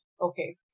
Okay